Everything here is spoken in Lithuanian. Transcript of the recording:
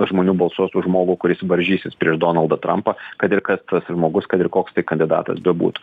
žmonių balsuos už žmogų kuris varžysis prieš donaldą trampą kad ir kas tas žmogus kad ir koks tai kandidatas bebūtų